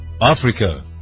Africa